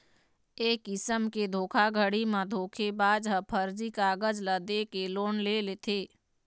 ए किसम के धोखाघड़ी म धोखेबाज ह फरजी कागज ल दे के लोन ले लेथे